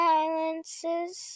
Silences